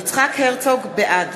בעד